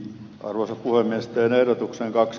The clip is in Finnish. tauluni on nesteen ehdotuksen pax